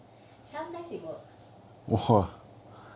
sometimes it works